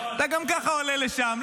אתה גם ככה עולה לשם,